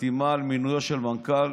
חתימה על מינויו של מנכ"ל